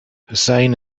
hussein